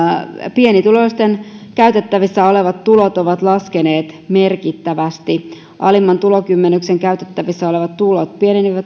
pienituloisten käytettävissä olevat tulot ovat laskeneet merkittävästi alimman tulokymmenyksen käytettävissä olevat tulot pienenivät